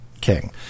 king